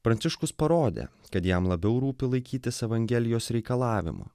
pranciškus parodė kad jam labiau rūpi laikytis evangelijos reikalavimų